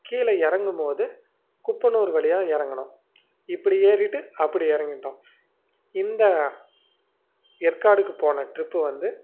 கீழே இறங்கும்மோது குப்பனூர் வழியா இறங்குனோம் இப்படி ஏறிவிட்டு அப்படி இறங்கிட்டோம் இந்த ஏற்காடுக்கு போன டிரிப்பு வந்து